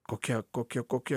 kokia kokia kokia